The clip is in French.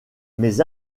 mes